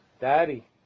Daddy